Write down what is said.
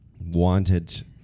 wanted